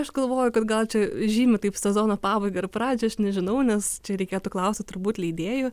aš galvoju kad gal čia žymi taip sezono pabaigą ir pradžią aš nežinau nes čia reikėtų klausti turbūt leidėjų